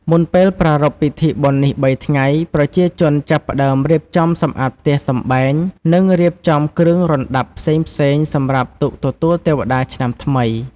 មុនពេលប្រារព្ធពិធីបុណ្យនេះ៣ថ្ងៃ ប្រជាជនចាប់ផ្ដើមរៀបចំសម្អាតផ្ទះសំបែងនិងរៀបចំគ្រឿងរណ្ដាប់ផ្សេងៗសម្រាបទុកទទួលទេវតាឆ្នាំថ្មី ។